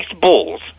balls